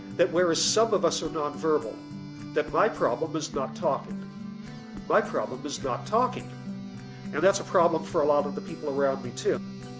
that whereas some of us are nonverbal that my problem is not talking my problem is not talking and that's a problem for a lot of the people around me too